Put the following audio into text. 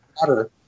water